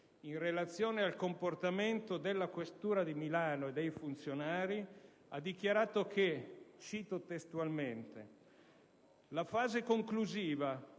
in relazione al comportamento della questura di Milano e dei funzionari ha dichiarato, cito testualmente, che: «La fase conclusiva